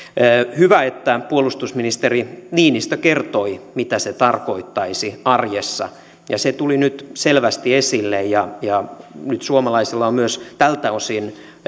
hyvä että puolustusministeri niinistö kertoi mitä se tarkoittaisi arjessa ja se tuli nyt selvästi esille nyt suomalaisilla on myös tältä osin